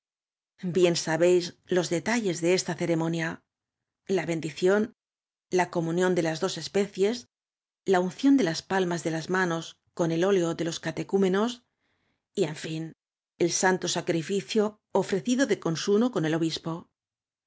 bien sabéis los detalles de esta ceremonia la beadioión la comunióa en las dos especies a unción de las palmas de las manos con el óleo de los ca ecdmenos y en fin ei santo sacriocio ofrecido de consuno con el obispo